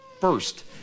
first